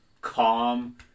calm